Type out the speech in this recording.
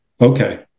Okay